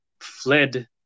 fled